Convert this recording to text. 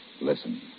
Listen